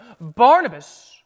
Barnabas